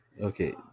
Okay